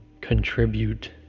contribute